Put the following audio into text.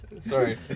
Sorry